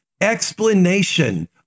Explanation